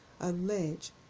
allege